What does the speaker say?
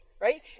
Right